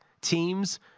teams